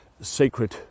sacred